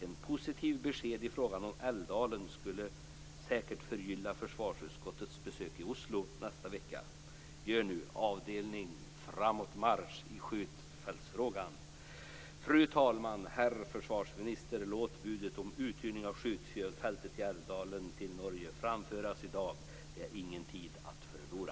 Ett positivt besked i fråga om Älvdalen skulle säkert förgylla försvarsutskottets besök i Oslo nästa vecka. Gör nu avdelning framåt marsch i skjutfältsfrågan! Fru talman! Herr försvarsminister! Låt budet om uthyrning av skjutfältet i Älvdalen till Norge framföras i dag. Det är ingen tid att förlora.